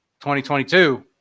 2022